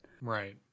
Right